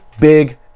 big